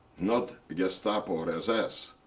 not gestapo or ss.